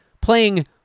playing